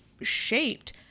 shaped